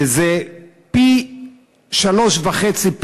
שזה פי שלושה- וחצי,